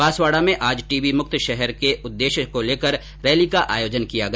बांसवाडा में आज टीबी मुक्त शहर के उददेश्य को लेकर रैली का आयोजन किया गया